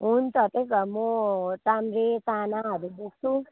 हुन्छ त्यही त म चाम्रे चानाहरू बोक्छु